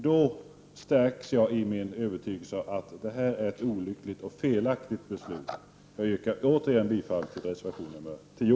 Därmed stärks jag i min övertygelse att det här är ett olyckligt och felaktigt beslut. Jag yrkar åter bifall till reservation 10.